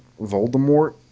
Voldemort